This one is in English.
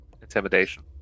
Intimidation